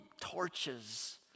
torches